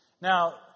Now